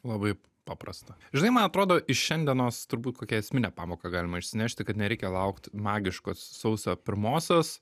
labai paprasta žinai man atrodo iš šiandienos turbūt kokią esminę pamoką galima išsinešti kad nereikia laukt magiškos sausio pirmosios